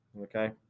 Okay